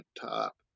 top